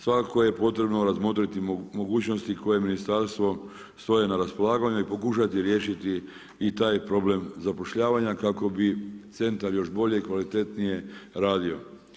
Svakako je potrebno razmotriti mogućnosti koje ministarstvo stoji na raspolaganju i pokušati riješiti i taj problem zapošljavanja kako bi centar još bolje i kvalitetnije radio.